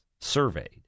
surveyed